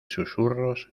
susurros